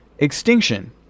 Extinction